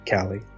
Callie